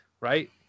right